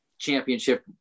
championship